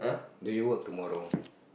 then you work tomorrow